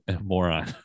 moron